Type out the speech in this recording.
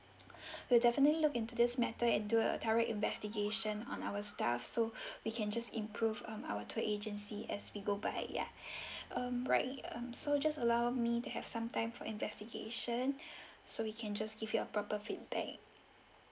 we'll definitely look into this matter do a thorough investigation on our staff so we can just improve um our tour agency as we go by ya um right um so just allow me to have some time for investigation so we can just give you a proper feedback